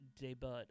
debut